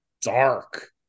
dark